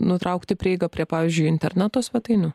nutraukti prieigą prie pavyzdžiui interneto svetainių